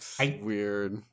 Weird